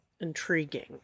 Intriguing